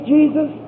Jesus